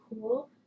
cool